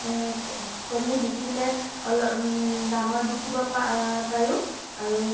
কণী বিকিলে অলপ দামত বিকিব পাৰোঁ আৰু